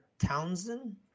Townsend